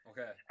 Okay